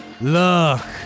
look